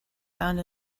found